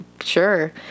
Sure